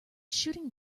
shooting